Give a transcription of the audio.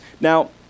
Now